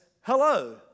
hello